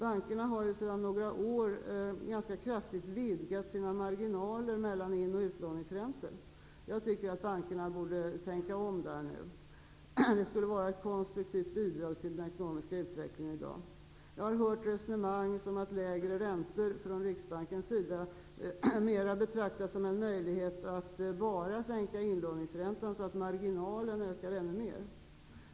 Bankerna har sedan några år ganska kraftigt vidgat sina marginaler mellan in och utlåningsräntor. Jag tycker att bankerna nu borde tänka om i fråga om detta. Det skulle vara ett konstruktivt bidrag till den ekonomiska utvecklingen i dag. Jag har hört resonemang om att lägre räntor från Riksbankens sida mer betraktas som en möjlighet att bara sänka inlåningsräntan, så att marginalen ökar ännu mer.